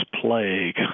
plague